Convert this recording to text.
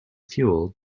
fuel